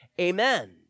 Amen